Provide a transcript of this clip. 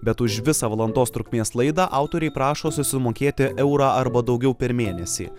bet už visą valandos trukmės laidą autoriai prašo susimokėti eurą arba daugiau per mėnesį